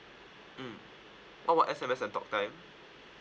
mm how much S_M_S and talk time